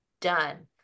Done